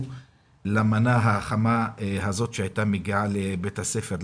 למנה החמה הזאת שהייתה מגיעה לבית הספר.